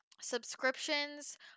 Subscriptions